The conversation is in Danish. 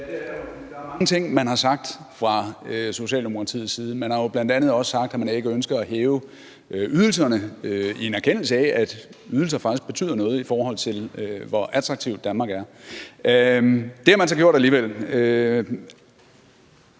der er mange ting, man har sagt fra Socialdemokratiets side. Man har jo bl.a. også sagt, at man ikke ønsker at hæve ydelserne i en erkendelse af, at ydelser faktisk betyder noget, i forhold til hvor attraktiv Danmark er; det har man så gjort alligevel.